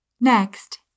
Next